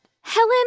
Helen